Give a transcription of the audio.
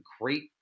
great –